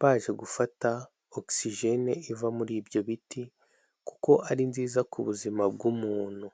baje gufata ogisijene iva muri ibyo biti kuko ari nziza ku buzima bw'umuntu.